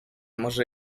może